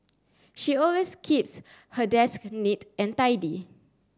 she always keeps her desk neat and tidy